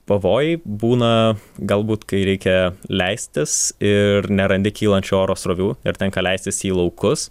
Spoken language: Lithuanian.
pavojai būna galbūt kai reikia leistis ir nerandi kylančio oro srovių ir tenka leistis į laukus